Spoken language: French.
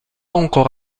encore